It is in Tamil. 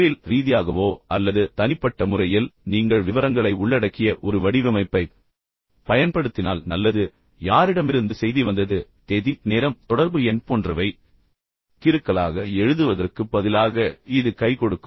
எனவே தொழில் ரீதியாகவோ அல்லது தனிப்பட்ட முறையில் நீங்கள் விவரங்களை உள்ளடக்கிய ஒரு வடிவமைப்பைப் பயன்படுத்தினால் நல்லது அதாவது யாரிடமிருந்து செய்தி வந்தது தேதி நேரம் மற்றும் பின்னர் தொடர்பு எண் போன்றவை கிறுக்கலாக எழுதுவதற்குப் பதிலாக இது கைகொடுக்கும்